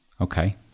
Okay